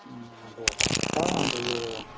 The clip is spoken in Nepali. अब भएको छ अन्त यो